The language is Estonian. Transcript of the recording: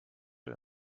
aga